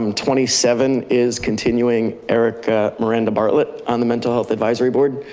um twenty seven is continuing eric miranda bartlett on the mental health advisory board.